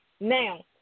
Now